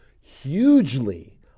hugely